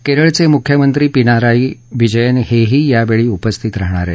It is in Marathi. केरळचे मुख्यमंत्री पिनाराई विजयन हेही यावेळी उपस्थित राहणार आहेत